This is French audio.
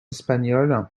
espagnols